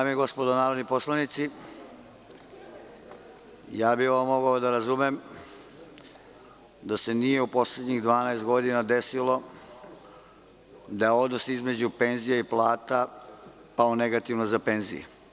Dame i gospodo narodni poslanici ovo bih mogao da razumem da se nije u poslednjih 12 godina desilo da je odnos između penzija i plata pao negativno za penzije.